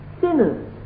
sinners